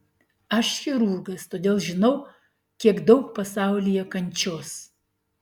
aš chirurgas todėl žinau kiek daug pasaulyje kančios